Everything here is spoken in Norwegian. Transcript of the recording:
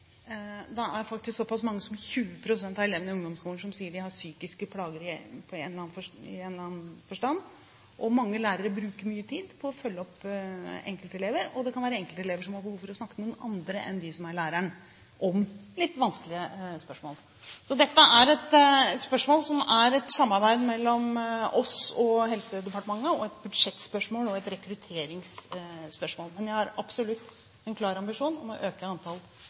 er faktisk såpass mange som 20 pst. av elevene i ungdomsskolen som sier de har psykiske plager i en aller annen forstand. Mange lærere bruker mye tid på å følge opp enkeltelever, og det kan være enkeltelever som har behov for å snakke med noen andre enn de som er lærere, om litt vanskelige spørsmål. Så dette er et spørsmål som er et samarbeid mellom oss og Helsedepartementet, og et budsjettspørsmål og et rekrutteringsspørsmål. Men jeg har absolutt en klar ambisjon om å